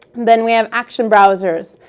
then we have action browser.